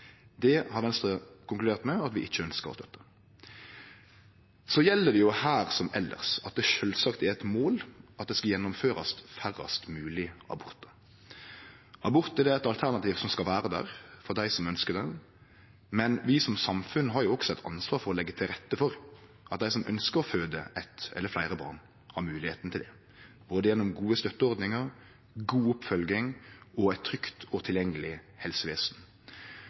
Det har Venstre konkludert med at vi ikkje ønskjer å støtte. Så gjeld det her som elles at det sjølvsagt er eit mål at det skal gjennomførast færrast mogleg abortar. Abort er eit alternativ som skal vere der for dei som ønskjer det, men vi som samfunn har også eit ansvar for å leggje til rette for at dei som ønskjer å føde eitt eller fleire barn, har moglegheita til det, gjennom både gode støtteordningar, god oppfølging og eit trygt og tilgjengeleg helsevesen.